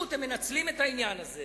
הם מנצלים את העניין הזה